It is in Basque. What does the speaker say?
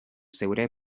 zeure